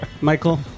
Michael